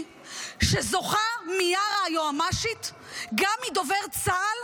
שזוכה מיארה היועמ"שית גם מדובר צה"ל,